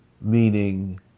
Meaning